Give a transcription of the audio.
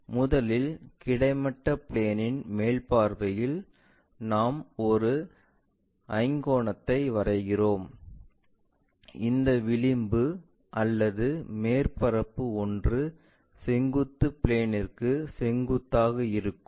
8 முதலில் கிடைமட்ட பிளேன்இன் மேல் பார்வையில் நாம் ஒரு ஐங்கோணத்தை வரைகிறோம் இந்த விளிம்பு அல்லது மேற்பரப்பு ஒன்று செங்குத்து பிளேன்ற்கு செங்குத்தாக இருக்கும்